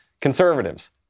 conservatives